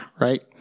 right